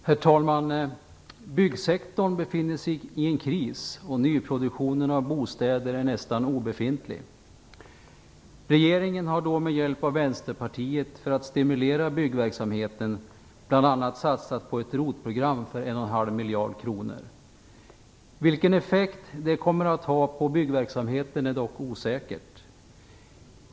Herr talman! Byggsektorn befinner sig i en kris och nyproduktionen av bostäder är nästan obefintlig. Regeringen har då, med hjälp av Vänsterpartiet, för att stimulera byggverksamheten, bl.a. satsat på ett ROT-program för 1,5 miljarder kronor. Vilken effekt det kommer att ha på byggverksamheten är dock osäkert.